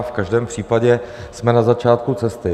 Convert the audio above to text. V každém případě jsme na začátku cesty.